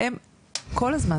כל הזמן,